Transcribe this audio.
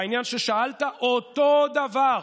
בעניין ששאלת, אותו דבר,